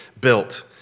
built